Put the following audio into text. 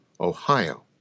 Ohio